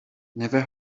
never